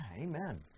amen